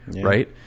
right